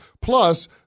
Plus